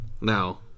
now